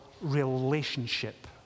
relationship